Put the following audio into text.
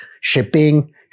shipping